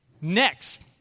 next